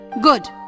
Good